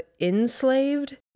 enslaved